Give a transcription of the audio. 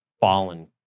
fallen